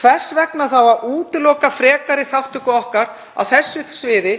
Hvers vegna þá að útiloka frekari þátttöku okkar á þessu sviði